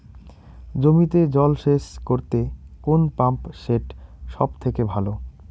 জমিতে জল সেচ করতে কোন পাম্প সেট সব থেকে ভালো?